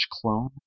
clone